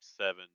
seven